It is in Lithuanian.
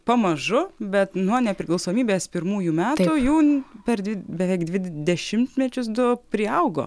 pamažu bet nuo nepriklausomybės pirmųjų metų jų per dvi beveik dvi dešimtmečius du jų priaugo